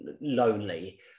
lonely